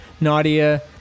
Nadia